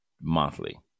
monthly